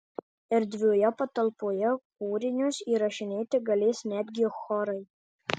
erdvioje patalpoje kūrinius įrašinėti galės netgi chorai